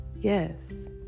yes